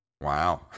Wow